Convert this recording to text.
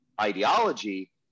ideology